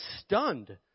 stunned